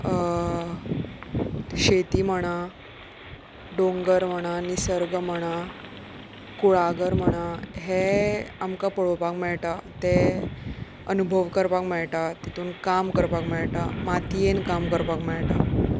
शेती म्हणा डोंगर म्हणा निसर्ग म्हणा कुळागर म्हणा हें आमकां पळोवपाक मेळटा ते अनुभव करपाक मेळटा तितून काम करपाक मेळटा मातयेन काम करपाक मेळटा